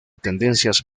tendencias